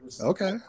Okay